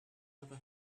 never